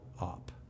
up